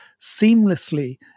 seamlessly